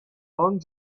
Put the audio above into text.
long